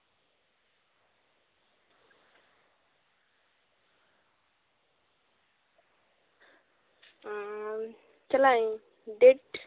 ᱪᱟᱞᱟᱜ ᱤᱧ ᱰᱮᱹᱴ